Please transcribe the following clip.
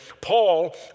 Paul